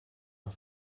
are